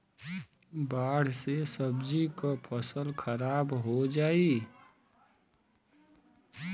बाढ़ से सब्जी क फसल खराब हो जाई